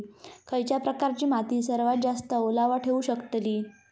खयच्या प्रकारची माती सर्वात जास्त ओलावा ठेवू शकतली?